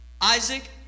Isaac